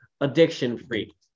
addiction-free